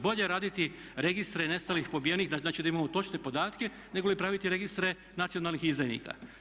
Bolje je raditi registre nestalih i pobijenih znači da imamo točne podatke negoli praviti registre nacionalnih izdajnika.